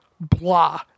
blah